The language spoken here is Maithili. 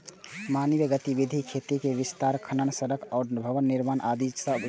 मानवीय गतिविधि मे खेतीक विस्तार, खनन, सड़क आ भवन निर्माण आदि अबै छै